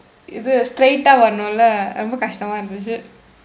இது:ithu straight ah வரணும்லே ரொம்ப கஷ்டமா இருந்துச்சு:varanumlew rompa kashdamaa irundthuchsu